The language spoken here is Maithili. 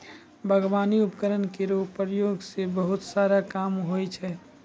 बागबानी उपकरण केरो प्रयोग सें बहुत सारा काम होय छै